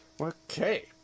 Okay